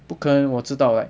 不可能我知道 like